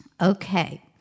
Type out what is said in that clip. Okay